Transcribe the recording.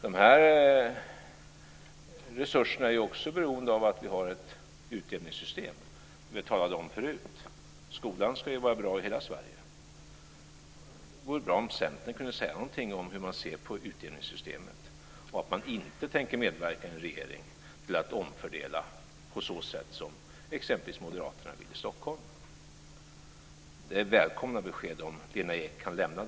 De här resurserna är ju också beroende av att vi har ett utjämningssystem, och det talade vi om förut. Skolan ska ju vara bra i hela Sverige. Det vore bra om Centern kunde säga någonting om hur man ser på utjämningssystemet och att man inte tänker medverka i en regering som omfördelar på ett sådant sätt som t.ex. moderaterna i Stockholm vill. Om Lena Ek kan lämna sådana besked skulle de vara välkomna.